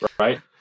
Right